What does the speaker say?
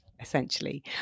essentially